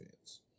fans